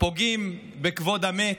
פוגעים בכבוד המת.